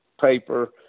paper